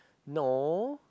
no